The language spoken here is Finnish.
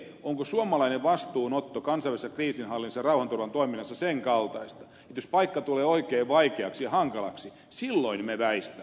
onko suomalainen vastuunotto kansainvälisessä kriisinhallinnassa rauhanturvan toiminnassa sen kaltaista että jos paikka tulee oikein vaikeaksi ja hankalaksi niin silloin me väistämme